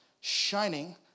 shining